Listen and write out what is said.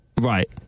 right